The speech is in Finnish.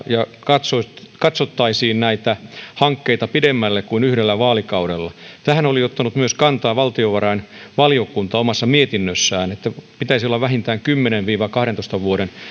ja katsottaisiin näitä hankkeita pidemmälle kuin yhdelle vaalikaudelle tähän oli ottanut myös kantaa valtiovarainvaliokunta omassa mietinnössään että pitäisi olla vähintään kymmenen viiva kahdentoista vuoden